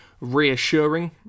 reassuring